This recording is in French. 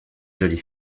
jolie